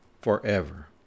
forever